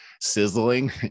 sizzling